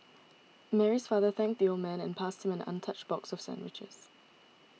Mary's father thanked the old man and passed him an untouched box of sandwiches